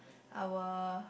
our